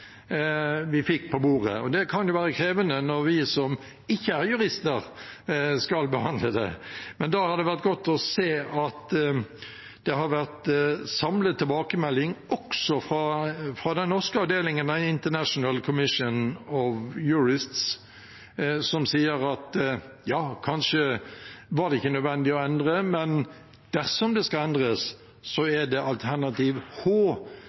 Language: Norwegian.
vi fikk på bordet, og det kan være krevende når vi som ikke er jurister, skal behandle det. Da har det vært godt å se at det har vært en samlet tilbakemelding, også fra den norske avdelingen av International Commission of Jurists, som sier at ja, kanskje var det ikke nødvendig å endre, men dersom det skal endres, så er det alternativ H